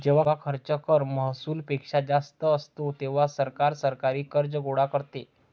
जेव्हा खर्च कर महसुलापेक्षा जास्त असतो, तेव्हा सरकार सरकारी कर्ज गोळा करते